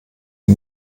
die